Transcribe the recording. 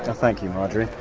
ah thank you, marjorie.